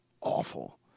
awful